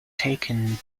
taken